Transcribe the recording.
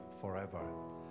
forever